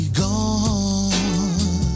gone